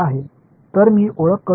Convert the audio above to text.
எனவே நான் அறிமுகப்படுத்தினால்